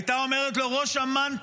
הייתה אומרת לו: ראש אמ"ן טועה.